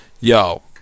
Yo